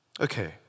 Okay